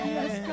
Yes